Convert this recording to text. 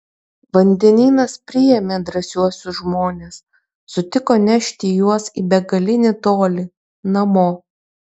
vandenynas priėmė drąsiuosius žmones sutiko nešti juos į begalinį tolį namo